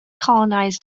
colonize